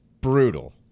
brutal